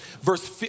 Verse